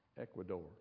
Ecuador